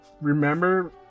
remember